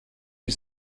you